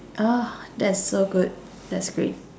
oh that's so good that's great